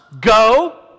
Go